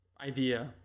idea